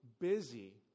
busy